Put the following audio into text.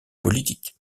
politique